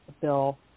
Bill